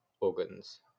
organs